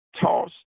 tossed